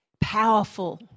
powerful